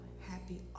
Happy